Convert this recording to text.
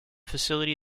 facility